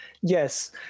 Yes